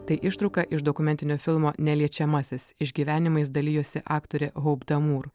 tai ištrauka iš dokumentinio filmo neliečiamasis išgyvenimais dalijosi aktorė haup damur